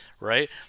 Right